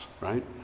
right